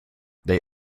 they